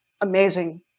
amazing